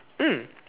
mm